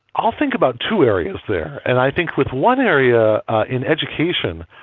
i'll think about two areas there. and i think with one area in education,